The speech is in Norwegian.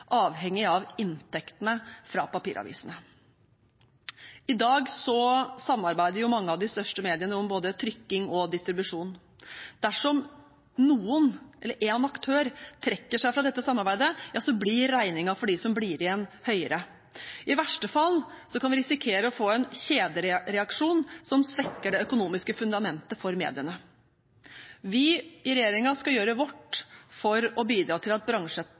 av inntektene fra papiravisene. I dag samarbeider mange av de største mediene om både trykking og distribusjon. Dersom noen, eller én aktør, trekker seg fra dette samarbeidet, blir regningen for de som blir igjen, høyere. I verste fall kan vi risikere å få en kjedereaksjon som svekker det økonomiske fundamentet for mediene. Vi i regjeringen skal gjøre vårt for å bidra til at